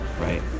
Right